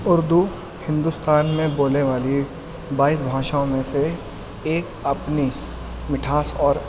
اردو ہندوستان میں بولنے والی بائیس بھاشاؤں میں سے ایک اپنی مٹھاس اور